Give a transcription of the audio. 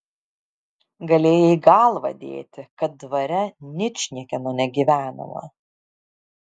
galėjai galvą dėti kad dvare ničniekieno negyvenama